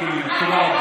ישראל,